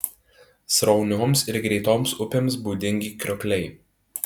sraunioms ir greitoms upėms būdingi kriokliai